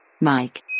Mike